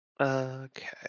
Okay